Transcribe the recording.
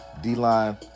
D-line